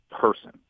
person